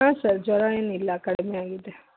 ಹಾಂ ಸರ್ ಜ್ವರ ಏನಿಲ್ಲ ಕಡಿಮೆ ಆಗಿದೆ